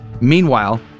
Meanwhile